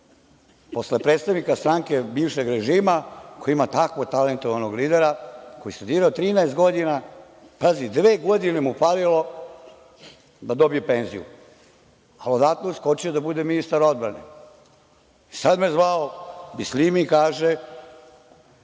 posle predstavnika stranke bivšeg režima koja ima tako talentovanog lidera koji je studirao 13 godina? Pazi, dve godine mu je falilo da dobije penziju, a odatle je skočio da bude ministar odbrane. Sada me zvao Bisljimi i kaže